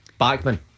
Backman